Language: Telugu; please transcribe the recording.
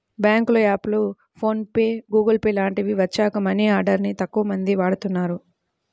బ్యేంకుల యాప్లు, ఫోన్ పే, గుగుల్ పే లాంటివి వచ్చాక మనీ ఆర్డర్ ని తక్కువమంది వాడుతున్నారు